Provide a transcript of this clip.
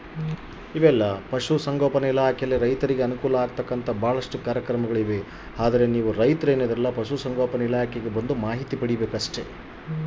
ಪಶುಸಂಗೋಪನಾ ಇಲಾಖೆಯಲ್ಲಿ ರೈತರಿಗೆ ಅನುಕೂಲ ಆಗುವಂತಹ ಕಾರ್ಯಕ್ರಮಗಳು ಇವೆಯಾ?